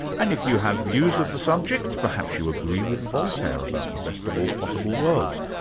and if you have views of the subject, perhaps you agree with voltaire about the best of all possible worlds,